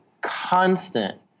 constant